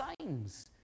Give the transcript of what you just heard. signs